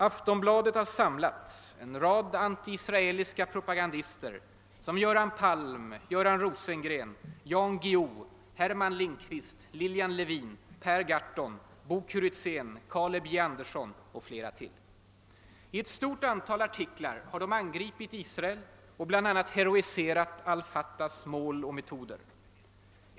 Aftonbladet har samlat en rad antiisraeliska propagandister som Göran Palm, Göran Rosengren, Jan Guillo, Herman Lindqvist, Lillian Levin, Per Gahrton, Bo Kuritzén, Caleb J. Anderson och flera till. I ett stort antal artiklar har de angripit Israel och flera bl.a. heroiserat al Fatahs mål och metoder.